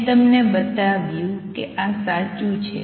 મેં તમને બતાવ્યું કે આ સાચું છે